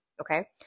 okay